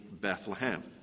Bethlehem